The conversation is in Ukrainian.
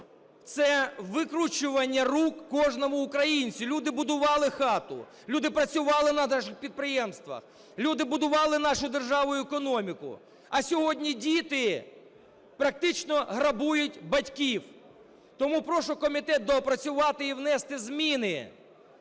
Це викручування рук кожному українцю, люди будували хату, люди працювали на наших підприємствах, люди будували нашу державу і економіку, а сьогодні діти практично грабують батьків. Тому прошу комітет доопрацювати і внести зміни